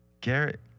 Garrett